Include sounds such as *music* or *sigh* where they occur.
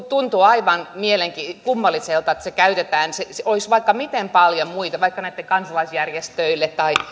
*unintelligible* tuntuu aivan kummalliselta että tähän tiedotuskampanjaan käytetään kaksisataaviisikymmentätuhatta euroa olisi vaikka miten paljon muita kohteita vaikka näille kansalaisjärjestöille tai